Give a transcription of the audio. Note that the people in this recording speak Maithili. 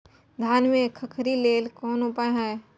धान में खखरी लेल कोन उपाय हय?